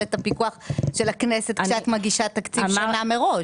ביכולת הפיקוח של הכנסת כשאת מגישה תקציב שנה מראש.